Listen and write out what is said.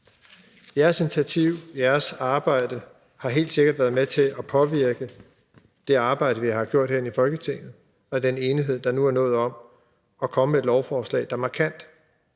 Jeres initiativ, jeres arbejde, har helt sikkert været med til at påvirke det arbejde, vi har gjort herinde i Folketinget, og den enighed, der nu er nået om at komme med et lovforslag, der markant